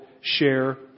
share